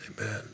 Amen